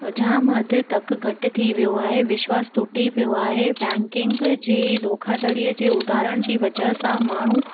जाम हद तक घटि थी वियो आहे विश्वास तुटी पियो आहे बैंकिंग जे धोखादड़ीअ जे उधारण जी वजह सां माण्हू